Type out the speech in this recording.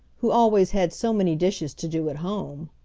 who always had so many dishes to do at home.